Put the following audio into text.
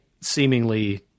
seemingly